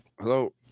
Hello